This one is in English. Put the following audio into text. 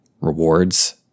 rewards